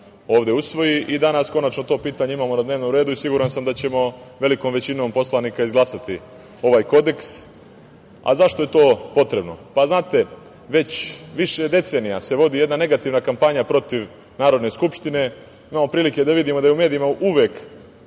ovde usvoji i danas konačno to pitanje imamo na dnevnom redu i siguran sam da ćemo velikom većinom poslanika izglasati ovaj kodeks.Zašto je to potrebno? Pa, znate da se već više decenija vodi jedna negativna kampanja protiv Narodne skupštine. Imamo prilike da vidimo da je u medijima uvek